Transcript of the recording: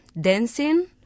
dancing